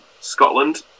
Scotland